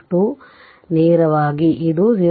2 ನೇರವಾಗಿ ಇದು 0